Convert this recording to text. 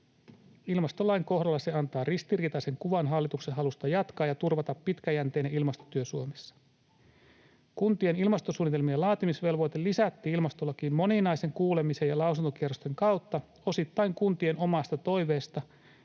Ilmastolain kohdalla se antaa ristiriitaisen kuvan hallituksen halusta jatkaa ja turvata pitkäjänteinen ilmastotyö Suomessa. Kuntien ilmastosuunnitelmien laatimisvelvoite lisättiin ilmastolakiin moninaisen kuulemisen ja lausuntokierrosten kautta, osittain kuntien omasta toiveesta